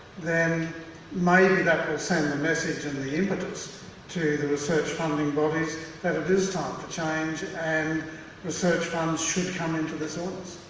then maybe that will send the message and the impetus to the research funding bodies that it is time to change and research funds should come into this illness.